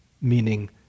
Meaning